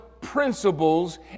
principles